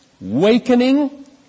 wakening